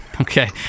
Okay